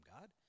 God